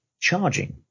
charging